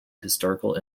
historical